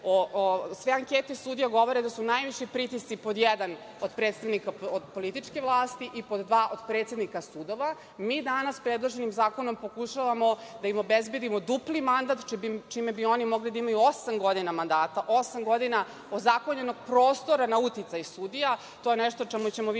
sve ankete o sudijama govore da su najviši pritisci, pod jedan, od predstavnika političke vlasti i pod dva, od predsednika sudova. Mi danas predloženim zakonom pokušavamo da im obezbedimo dupli mandat čime bi oni mogli da imaju osam godina mandata. Osam godina ozakonjenog prostora na uticaj sudija, a to je nešto o čemu ćemo više govoriti